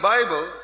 Bible